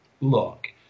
look